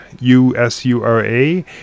U-S-U-R-A